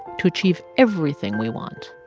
to achieve everything we want.